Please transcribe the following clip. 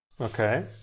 Okay